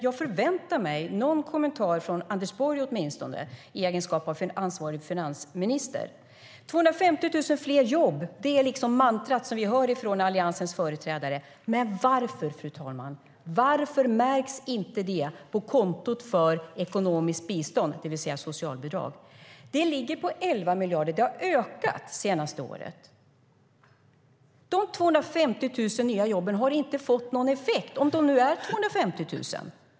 Jag förväntar mig någon kommentar från er, åtminstone från Anders Borg i egenskap av ansvarig finansminister. 250 000 fler jobb - det är mantrat vi hör från Alliansens företrädare. Men varför, fru talman, märks inte det på kontot för ekonomiskt bistånd, det vill säga socialbidrag? Det ligger på 11 miljarder. Det har ökat senaste året. De 250 000 nya jobben har inte fått någon effekt - om de nu är 250 000.